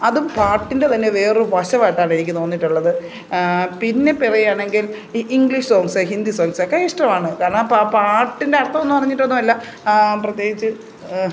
അതും പാട്ടിൻ്റെ തന്നെ വേറൊരു വശമായിട്ടാണ് എനിക്ക് തോന്നിയിട്ടുള്ളത് പിന്നെ പറയുകയാണെങ്കിൽ ഈ ഇംഗ്ലീഷ് സോങ്ങ്സ് ഹിന്ദി സോങ്ങ്സൊക്കെ ഇഷ്ടമാണ് കാരണം ആ പാട്ടിൻ്റെ അർത്ഥമൊന്നും അറിഞ്ഞിട്ടൊന്നും അല്ല പ്രത്യേകിച്ച്